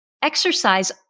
Exercise